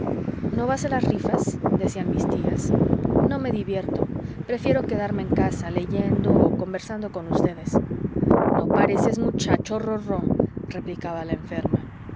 no vas a las rifas decían mis tías no me divierto prefiero quedarme en casa leyendo o conversando con ustedes no pareces muchacho rorró replicaba la enferma